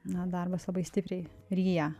na darbas labai stipriai ryja